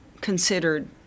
considered